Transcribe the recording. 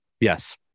Yes